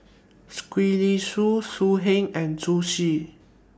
Gwee Li Sui So Heng and Zhu Xu